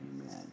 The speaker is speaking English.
Amen